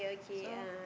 so